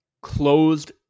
closed